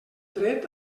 dret